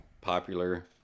popular